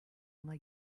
ona